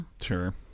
Sure